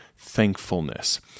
thankfulness